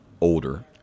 older